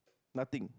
nothing